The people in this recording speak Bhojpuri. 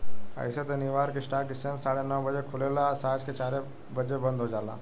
अइसे त न्यूयॉर्क स्टॉक एक्सचेंज साढ़े नौ बजे खुलेला आ सांझ के चार बजे बंद हो जाला